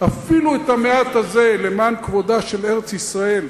אפילו את המעט הזה למען כבודה של ארץ-ישראל,